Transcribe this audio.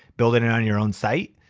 build it it on your own site.